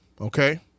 okay